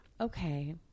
okay